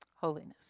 Holiness